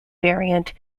variant